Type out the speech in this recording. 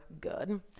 good